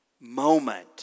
moment